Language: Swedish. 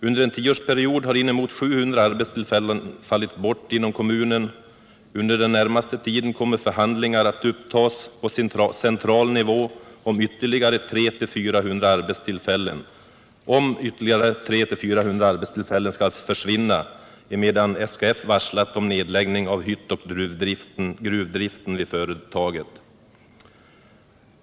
Under en tioårsperiod har inemot 700 arbetstillfällen fallit bort inom kommunen, och inom den närmaste tiden kommer förhandlingar att upptas på central nivå om att ytterligare 300-400 arbetstillfällen skall försvinna emedan SKF varslat om nedläggning av hyttoch gruvdriften vid företaget.